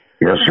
Yes